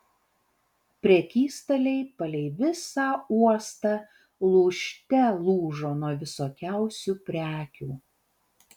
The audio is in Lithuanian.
prekystaliai palei visą uostą lūžte lūžo nuo visokiausių prekių